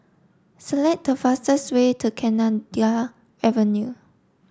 select the fastest way to Kenanga Avenue